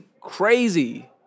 crazy